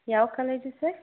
ಯಾವ college sir